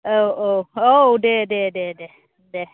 औ औ औ दे दे दे दे